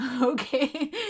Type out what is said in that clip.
okay